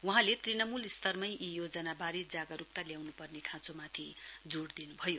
वहाँले तृणमूल स्तरमै यी योजनावारे जागरुकता ल्याउनुपर्ने खाँचोमाथि जोड़ दिनुभयो